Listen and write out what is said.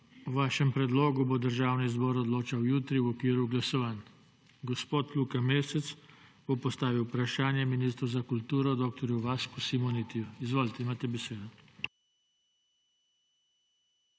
O vašem predlogu bo Državni zbor odločil jutri v okviru glasovanj. Poslanec Dušan Šiško bo postavil vprašanje ministru za kulturo dr. Vasku Simonitiju. Izvolite, imate besedo.